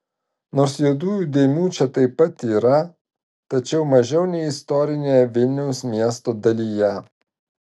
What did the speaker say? nors juodųjų dėmių čia taip pat yra tačiau mažiau nei istorinėje vilniaus miesto dalyje